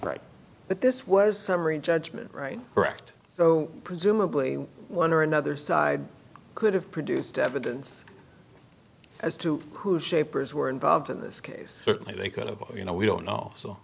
right but this was summary judgment right correct so presumably one or another side could have produced evidence as to who shapers were involved in this case certainly they could have you know we don't know